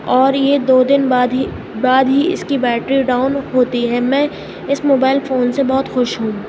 اور یہ دو دن بعد ہی بعد ہی اس کی بیٹری ڈاؤن ہوتی ہے میں اس موبائل فون سے بہت خوش ہوں